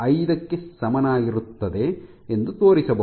5 ಕ್ಕೆ ಸಮನಾಗಿರುತ್ತದೆ ಎಂದು ತೋರಿಸಬಹುದು